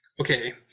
okay